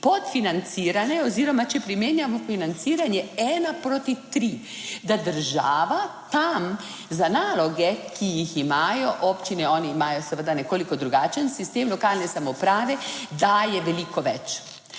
podfinancirane oziroma če primerjamo financiranje 1:3, da država tam za naloge, ki jih imajo občine, oni imajo seveda nekoliko drugačen sistem lokalne samouprave, daje veliko več